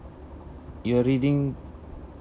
you are reading